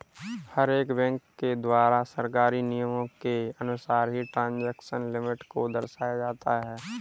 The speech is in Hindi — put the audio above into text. हर एक बैंक के द्वारा सरकारी नियमों के अनुसार ही ट्रांजेक्शन लिमिट को दर्शाया जाता है